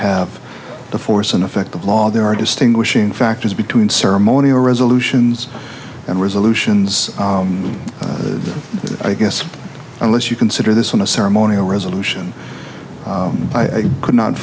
have the force and effect of law there are distinguishing factors between ceremonial resolutions and resolutions i guess unless you consider this on a ceremonial resolution i could not